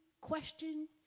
question